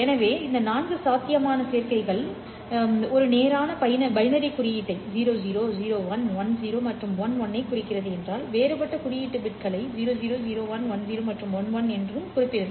எனவே இந்த நான்கு சாத்தியமான சேர்க்கைகள் என்னிடம் உள்ளன இது ஒரு நேரான பைனரி குறியீட்டை 00 01 10 மற்றும் 11 ஐக் குறிக்கிறது என்றால் வேறுபட்ட குறியீட்டு பிட்களை 00 01 10 மற்றும் 11 என்றும் குறிப்பிடலாம்